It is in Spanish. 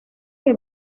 que